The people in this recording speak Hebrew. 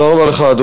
תודה רבה לך.